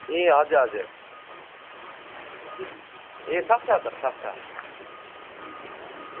ए हजुर हजुर ए सक्छ त सक्छ